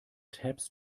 tabs